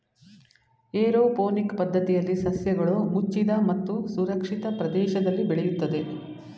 aeroponic ಪದ್ಧತಿಯಲ್ಲಿ ಸಸ್ಯಗಳು ಮುಚ್ಚಿದ ಮತ್ತು ಸಂರಕ್ಷಿತ ಪ್ರದೇಶದಲ್ಲಿ ಬೆಳೆಯುತ್ತದೆ